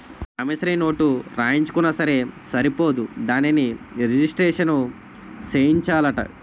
promissory note రాయించుకున్నా సరే సరిపోదు దానిని రిజిస్ట్రేషను సేయించాలట